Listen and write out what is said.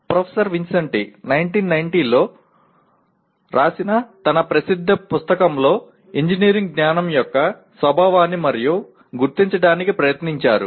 professor Vincenti 1990 లో రాసిన తన ప్రసిద్ధ పుస్తకంలో ఇంజనీరింగ్ జ్ఞానం యొక్క స్వభావాన్ని గుర్తించడానికి ప్రయత్నించారు